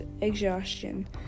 exhaustion